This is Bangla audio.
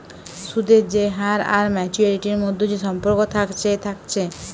সুদের যে হার আর মাচুয়ারিটির মধ্যে যে সম্পর্ক থাকছে থাকছে